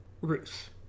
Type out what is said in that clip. Ruth